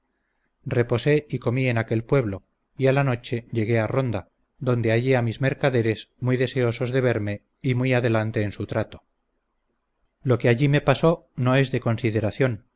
reposé y comí en aquel pueblo y a la noche llegué a ronda donde hallé a mis mercaderes muy deseosos de verme y muy adelante en su trato lo que allí me pasó no es de consideración